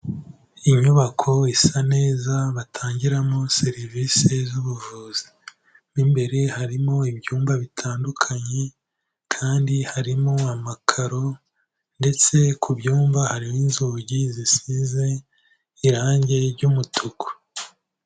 Inyubako isa neza batangiramo serivisi z'ubuvuzi, mo imbere harimo ibyumba bitandukanye kandi harimo amakaro ndetse ku byumba harimo inzugi zisize irangi ry'umutuku.